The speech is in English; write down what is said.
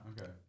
Okay